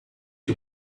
que